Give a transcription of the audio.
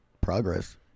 progress